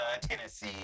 Tennessee